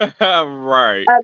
Right